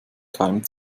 keimen